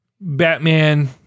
Batman